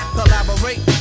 Collaborate